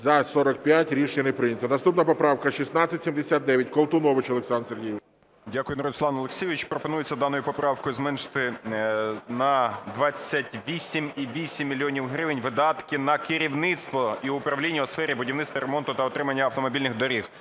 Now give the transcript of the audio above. За-45 Рішення не прийнято. Наступна поправка 1679. Колтунович Олександр Сергійович. 11:51:57 КОЛТУНОВИЧ О.С. Дякую, Руслан Олексійович. Пропонується даною поправкою зменшити на 28,8 мільйона гривень видатки на керівництво і управління у сфері будівництва, ремонту та утримання автомобільних доріг.